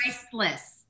priceless